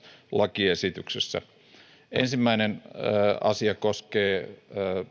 lakiesityksessä ensimmäinen asia koskee